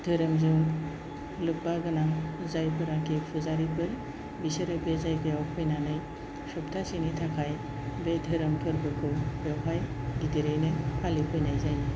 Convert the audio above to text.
धोरोमजों लोब्बा गोनां जायफोरनोखि फुजारिफोर बिसोरो बे जायगायाव फैनानै सप्ताहसेनि थाखाय बे धोरोम फोरबोखौ बेयावहाय गेदेरैनो फालिफैनाय जायो